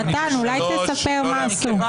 הסתייגות 183. מתן, אולי תספר מה עשו.